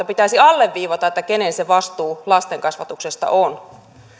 pitäisi alleviivata kenen se vastuu lasten kasvatuksesta on